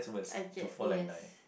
I get yes